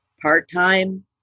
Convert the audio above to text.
part-time